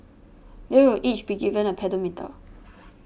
they will each be given a pedometer